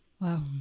Wow